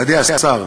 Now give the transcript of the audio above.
מכובדי השר,